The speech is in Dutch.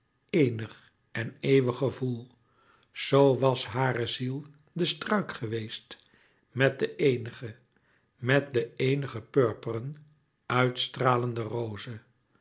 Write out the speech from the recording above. éenig en eeuwig gevoel zoo was hare ziel de struik geweest met de eenige met de éenige purperen ùit stralende roze